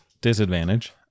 Disadvantage